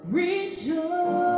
rejoice